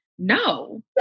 No